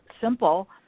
simple